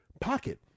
pocket